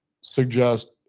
suggest